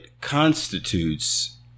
constitutes